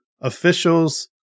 officials